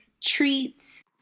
treats